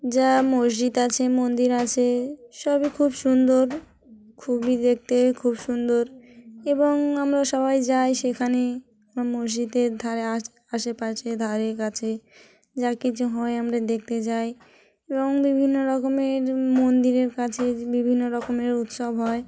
যা মসজিদ আছে মন্দির আছে সবই খুব সুন্দর খুবই দেখতে খুব সুন্দর এবং আমরা সবাই যাই সেইখানে আমরা মসজিদের ধারে আশ আশেপাশে ধারে কাছে যা কিছু হয় আমরা দেখতে যাই এবং বিভিন্ন রকমের মন্দিরের কাছে বিভিন্ন রকমের উৎসব হয়